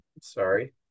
Sorry